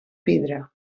pedra